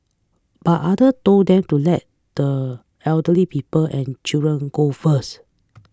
but other told them to let the elderly people and children go first